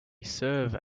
serve